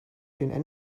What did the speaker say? den